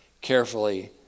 carefully